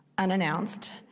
unannounced